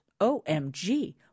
OMG